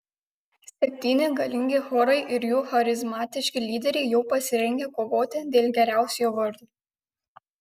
septyni galingi chorai ir jų charizmatiški lyderiai jau pasirengę kovoti dėl geriausiojo vardo